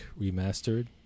Remastered